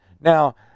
Now